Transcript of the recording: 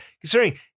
considering